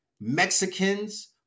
Mexicans